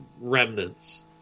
remnants